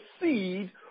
seed